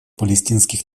палестинских